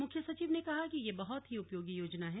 मुख्य सचिव ने कहा कि यह बहुत ही उपयोगी योजना है